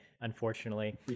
unfortunately